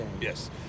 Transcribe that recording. Yes